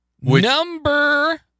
Number